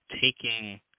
taking